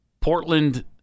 Portland